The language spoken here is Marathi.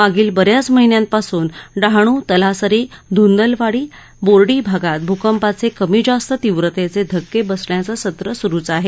मागील बऱ्याच महिन्यांपासून डहाणू तलासरी धुंदलवादी बोर्डी भागांत भूकंपाचे कमी जास्त तीव्रतेचे धक्के बसण्याचं सत्र सुरूच आहे